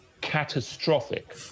catastrophic